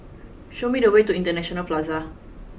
show me the way to International Plaza